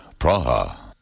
Praha